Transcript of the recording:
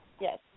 yes